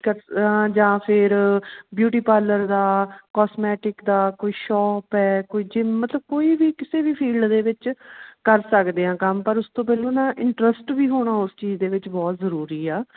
ਜ ਜਾਂ ਫਿਰ ਬਿਊਟੀ ਪਾਰਲਰ ਦਾ ਕੋਸਮੈਟਿਕ ਦਾ ਕੋਈ ਸ਼ੋਪ ਹੈ ਕੋਈ ਮਤਲਬ ਕੋਈ ਵੀ ਕਿਸੇ ਵੀ ਫੀਲਡ ਦੇ ਵਿੱਚ ਕਰ ਸਕਦੇ ਹਾਂ ਕੰਮ ਪਰ ਉਸ ਤੋਂ ਪਹਿਲਾਂ ਨਾ ਇੰਟਰਸਟ ਵੀ ਹੋਣਾ ਉਸ ਚੀਜ਼ ਦੇ ਵਿੱਚ ਬਹੁਤ ਜ਼ਰੂਰੀ ਆ